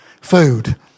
Food